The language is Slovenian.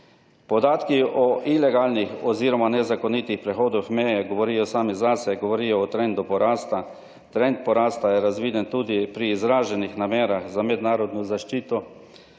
Podatki o ilegalnih oziroma nezakonitih prehodih meje govorijo sami zase, govorijo o trendu porasta. Trend porasta je razviden tudi pri izraženih namerah za mednarodno zaščito,